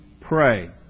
pray